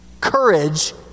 courage—